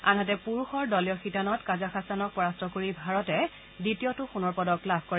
আনহাতে পুৰুষৰ দলীয় শিতানত কাজাখাস্তানক পৰাস্ত কৰি ভাৰতে দ্বিতীয়টো সোণৰ পদক লাভ কৰে